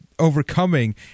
overcoming